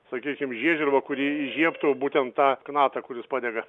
sakykim žiežirba kuri įžiebtų būtent tą knatą kuris padega